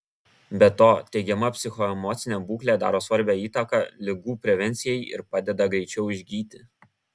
be to teigiama psichoemocinė būklė daro svarbią įtaką ligų prevencijai ir padeda greičiau išgyti